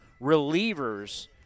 relievers